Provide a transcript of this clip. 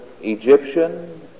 Egyptian